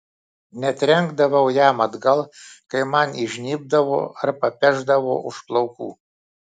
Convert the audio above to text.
netrenkdavau jam atgal kai man įžnybdavo ar papešdavo už plaukų